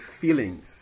feelings